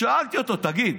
שאלתי אותו: תגיד,